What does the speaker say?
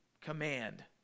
command